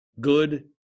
good